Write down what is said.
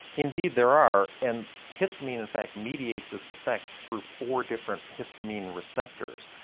indeed there are and histamine in fact mediates its effects through four different histamine receptors.